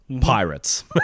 Pirates